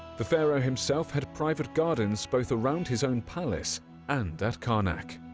the pharaoh himself had private gardens both around his own palace and at karnak.